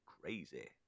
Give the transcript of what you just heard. crazy